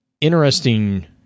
Interesting